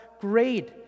great